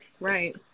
Right